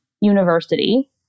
university